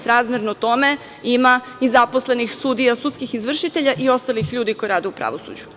Srazmerno tome ima i zaposlenih sudija, sudskih izvršitelja i ostalih ljudi koji rade u pravosuđu.